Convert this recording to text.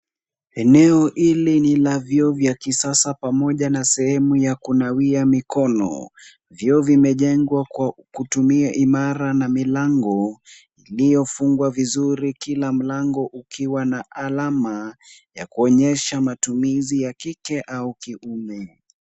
Eneo hili ni la vyoo vya kisasa pamoja na sehemu ya kunawia mikono. Vyoo vimejengwa kwa kutumia imara na milango iliyofungwa vizuri kila mlango ukiwa na alama ya kuonyesha matumizi ya kike au kiume.